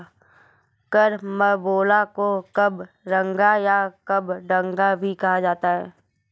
carambola को कबरंगा या कबडंगा भी कहा जाता है